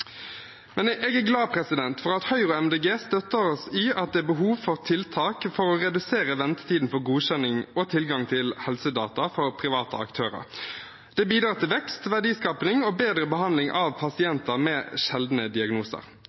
Jeg er glad for at Høyre og Miljøpartiet De Grønne støtter oss i at det er behov for tiltak for å redusere ventetiden for godkjenning og tilgang til helsedata for private aktører. Det bidrar til vekst, verdiskaping og bedre behandling av pasienter med sjeldne diagnoser.